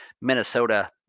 Minnesota